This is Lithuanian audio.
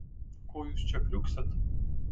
ko jūs čia kriuksit